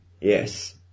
Yes